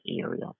area